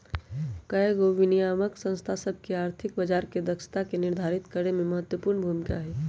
कयगो विनियामक संस्था सभ के आर्थिक बजार के दक्षता के निर्धारित करेमे महत्वपूर्ण भूमिका हइ